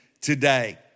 today